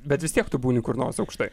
bet vis tiek tu būni kur nors aukštai